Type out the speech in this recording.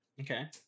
Okay